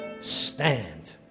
stand